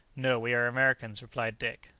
no we are americans, replied dick.